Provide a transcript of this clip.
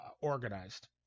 organized